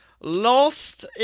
lost